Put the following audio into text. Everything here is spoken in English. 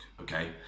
okay